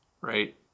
right